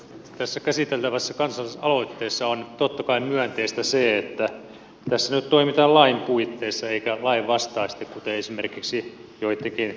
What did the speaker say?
tässä käsiteltävässä kansalaisaloitteessa on totta kai myönteistä se että tässä nyt toimitaan lain puitteissa eikä lainvastaisesti kuten esimerkiksi joittenkin turkistarhaiskujen kautta